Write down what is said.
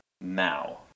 now